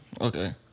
Okay